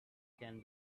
can